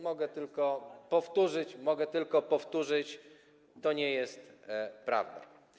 Mogę tylko powtórzyć, mogę tylko powtórzyć: to nie jest prawda.